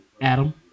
Adam